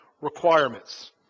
requirements